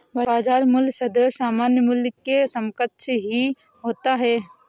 बाजार मूल्य सदैव सामान्य मूल्य के समकक्ष ही होता है